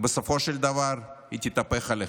בסופו של דבר תתהפך עליכם.